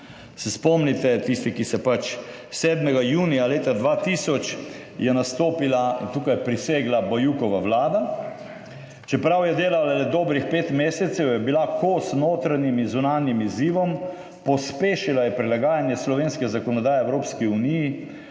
Se spomnite, tisti, ki se pač 7. junija leta 2000 je nastopila tukaj, prisegla Bajukova vlada? Čeprav je delala le dobrih pet mesecev, je bila kos notranjim in zunanjim izzivom: pospešila je prilagajanje slovenske zakonodaje Evropski uniji,